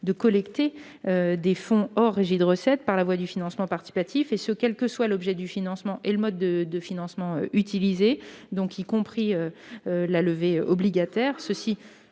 de collecter des fonds hors régie de recettes, par la voie du financement participatif, et ce quels que soient l'objet du financement et le mode de financement utilisé, y compris la levée obligataire.